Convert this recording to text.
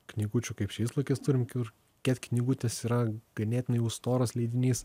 knygučių kaip šiais laikais turim kaip ir ket knygutės yra ganėtinai storas leidinys